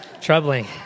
troubling